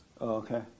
Okay